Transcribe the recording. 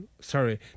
sorry